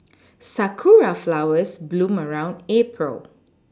sakura flowers bloom around April